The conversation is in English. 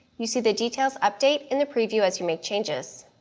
you see the details update in the preview as you make changes.